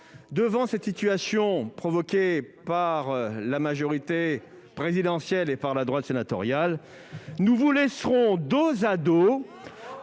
Devant cette situation provoquée par la majorité présidentielle et par la droite sénatoriale, nous vous laisserons dos à dos, ...